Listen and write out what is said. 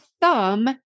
thumb